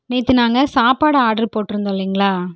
நேற்று நாங்கள் சாப்பாடு ஆட்ரு போட்டிருந்தோம் இல்லைங்களா